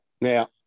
Now